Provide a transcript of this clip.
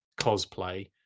cosplay